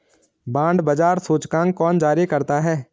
Bond बाजार सूचकांक कौन जारी करता है?